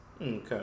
Okay